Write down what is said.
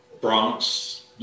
Bronx